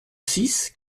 six